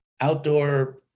outdoor